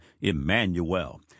Emmanuel